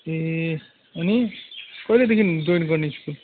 ए अनि कहिलेदेखि जोइन गर्ने स्कुल